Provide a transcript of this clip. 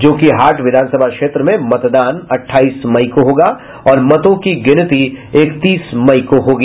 जोकीहाट विधानसभा क्षेत्र में मतदान अठाइस मई को होगा और मतों की गिनती इकतीस मई को होगी